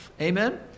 Amen